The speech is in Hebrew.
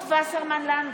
(קוראת בשמות חברי הכנסת) רות וסרמן לנדה,